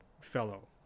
fellow